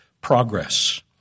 progress